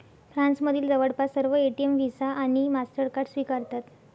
फ्रान्समधील जवळपास सर्व एटीएम व्हिसा आणि मास्टरकार्ड स्वीकारतात